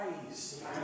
praise